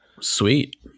Sweet